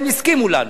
הם הסכימו אתנו.